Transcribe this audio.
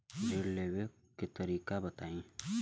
ऋण लेवे के तरीका बताई?